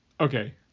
Okay